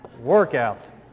workouts